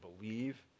believe